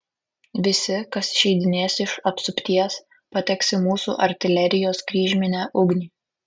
visi kas išeidinės iš apsupties pateks į mūsų artilerijos kryžminę ugnį